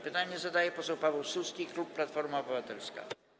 Pytanie zadaje poseł Paweł Suski, klub Platforma Obywatelska.